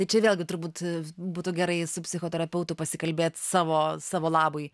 tai čia vėlgi turbūt būtų gerai su psichoterapeutu pasikalbėt savo savo labui